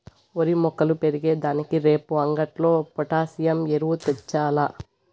ఓరి మొక్కలు పెరిగే దానికి రేపు అంగట్లో పొటాసియం ఎరువు తెచ్చాల్ల